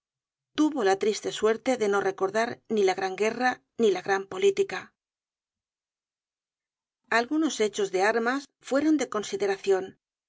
tuvo la triste suerte de no recordar ni la gran guerra ni la gran política content from google book search generated at algunos hechos de armas fueron de consideracion